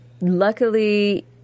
luckily